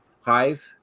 Hive